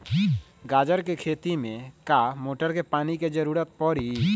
गाजर के खेती में का मोटर के पानी के ज़रूरत परी?